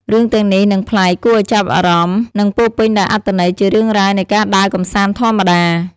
រឿងទាំងនេះនឹងប្លែក គួរឱ្យចាប់អារម្មណ៍ និងពោរពេញដោយអត្ថន័យជាងរឿងរ៉ាវនៃការដើរកម្សាន្តធម្មតា។